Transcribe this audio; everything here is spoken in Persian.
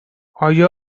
آیا